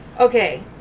Okay